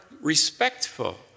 respectful